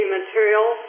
material